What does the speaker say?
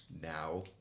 now